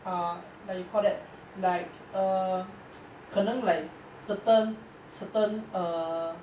ah like you call that like err 可能 like certain certain err